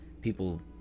people